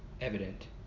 evident